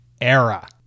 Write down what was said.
era